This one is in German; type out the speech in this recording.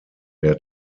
der